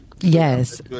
Yes